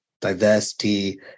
diversity